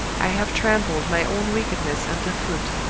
i have trampled my own wickedness under foot.